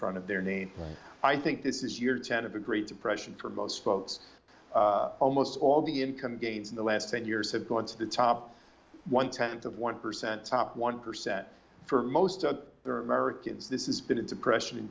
front of their name and i think this year ten of the great depression for most folks almost all the income gains in the last ten years have gone to the top one tenth of one percent top one percent for most americans this is been a depression in